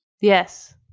Yes